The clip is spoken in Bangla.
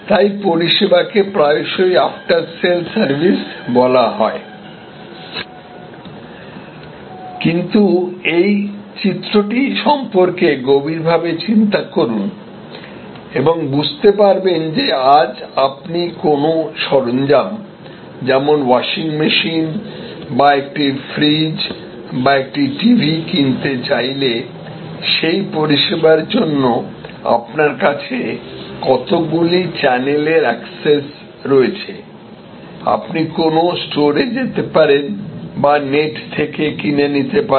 তাই পরিষেবাকে প্রায়শই আফটার সেল সার্ভিস বলা হয় কিন্তু এই চিত্রটি সম্পর্কে গভীরভাবে চিন্তা করুন এবং বুঝতে পারবেন যে আজ আপনি কোনও সরঞ্জাম যেমন ওয়াশিং মেশিন বা একটি ফ্রিজ বা একটি টিভি কিনতে চাইলে সেই পরিষেবার জন্য আপনার কাছে কতগুলি চ্যানেলের অ্যাক্সেস রয়েছে আপনি কোনও স্টোরে যেতে পারেন বা নেট থেকে কিনে নিতে পারেন